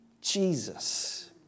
Jesus